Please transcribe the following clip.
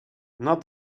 not